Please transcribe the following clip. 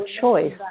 choice